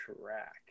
track